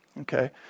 okay